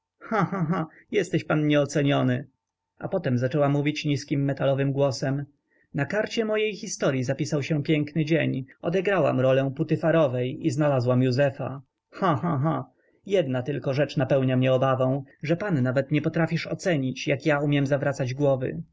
cha jesteś pan nieoceniony a potem zaczęła mówić niskim metalowym głosem na karcie mojej historyi zapisał się piękny dzień odegrałam rolę putyfarowej i znalazłam józefa cha cha cha jedna tylko rzecz napełnia mnie obawą że pan nawet nie potrafisz ocenić jak ja umiem zawracać głowy